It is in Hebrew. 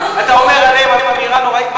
אתה אומר עליהם אמירה נוראית.